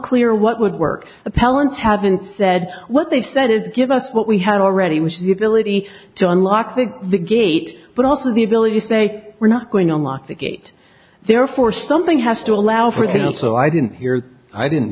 clear what would work appellants haven't said what they said is give us what we had already was the ability to unlock the gate but also the ability to say we're not going on lock the gate therefore something has to allow for that so i didn't hear i didn't